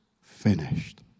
finished